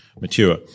mature